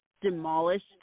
demolished